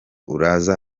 uraza